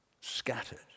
scattered